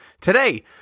Today